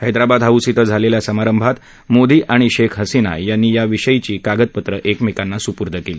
Hyderabad house श्वं झालेल्या समारंभात मोदी आणि शेख हसीना यांनी या विषयीची कागदपत्रं एकमेकांना सुपूई केली